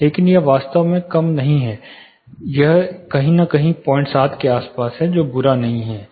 हालांकि यह वास्तव में कम नहीं है यह कहीं न कहीं 07 के आसपास है जो बुरा नहीं है